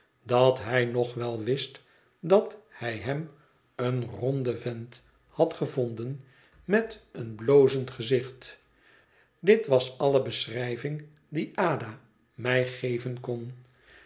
dat hij nog wel wist dat hij hem een ronde vent had gevonden met een blozend gezicht dit was alle beschrijving die ada mij geven kon